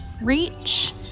reach